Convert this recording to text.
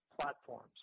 platforms